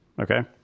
Okay